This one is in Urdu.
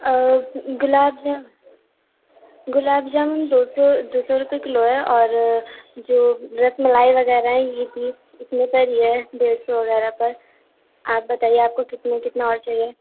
گلاب جام گلاب جامن دو سو دو سو روپے کلو ہے اور جو رس ملائی وغیرہ ہیں یہ بھی اتنے پر ہی ہے ڈیڑھ سو وغیرہ پر آپ بتائیے آپ کو کتنے کتنا اور چاہیے